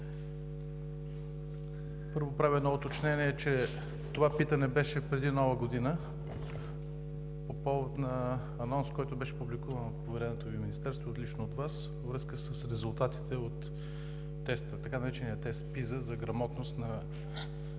Първо, правя уточнение, че това питане беше преди Нова година по повод на анонс, който беше публикуван от повереното Ви министерство лично от Вас във връзка с резултатите от така наречения тест PISA за грамотност на